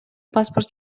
паспорт